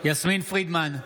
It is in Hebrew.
יסמין פרידמן,